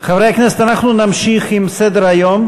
חברי הכנסת, אנחנו נמשיך בסדר-היום.